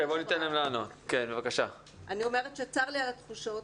אני אומרת שצר לי על התחושות.